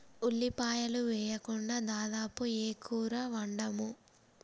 ఉల్లిపాయలు వేయకుండా దాదాపు ఏ కూర వండము